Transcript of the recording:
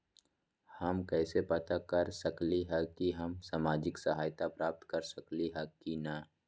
हम कैसे पता कर सकली ह की हम सामाजिक सहायता प्राप्त कर सकली ह की न?